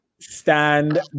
Stand